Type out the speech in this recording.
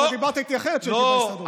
הרי דיברת איתי אחרת כשהייתי בהסתדרות.